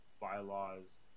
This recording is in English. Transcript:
bylaws